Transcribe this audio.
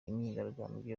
imyigaragambyo